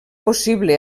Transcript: possible